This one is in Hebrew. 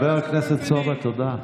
בסדר, אבל אל תדבר, חבר הכנסת סובה, תודה.